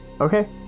Okay